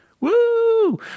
woo